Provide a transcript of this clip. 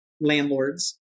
landlords